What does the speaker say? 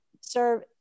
serve